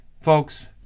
folks